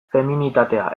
feminitatea